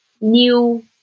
new